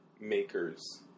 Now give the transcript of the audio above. makers